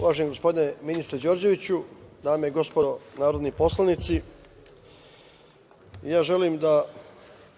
Uvaženi gospodine ministre Đorđeviću, dame i gospodo narodni poslanici, ja želim da